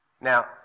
Now